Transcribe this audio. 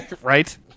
Right